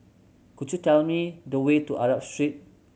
could you tell me the way to Arab Street